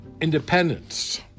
independence